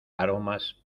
aromas